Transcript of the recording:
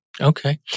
Okay